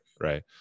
right